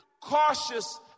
Cautious